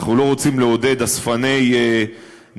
אנחנו לא רוצים לעודד אספני נשק.